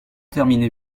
terminez